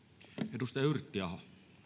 arvoisa puhemies